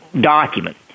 document